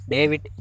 David